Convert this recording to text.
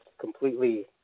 completely